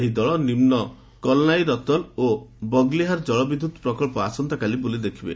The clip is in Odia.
ଏହି ଦଳ ନିମ୍ନ କଲ୍ନାଇ ରତଲ୍ ଓ ବଘ୍ଲିହାର୍ କଳବିଦ୍ୟୁତ୍ ପ୍ରକଳ୍ପ ଆସନ୍ତାକାଲି ବୁଲି ଦେଖିବେ